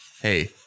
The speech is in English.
Hey